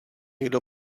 kdo